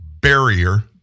barrier